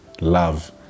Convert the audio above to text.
love